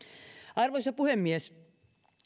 arvoisa puhemies